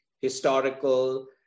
historical